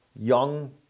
young